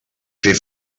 fer